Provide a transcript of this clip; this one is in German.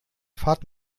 fahrt